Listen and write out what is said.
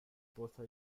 pozo